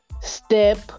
step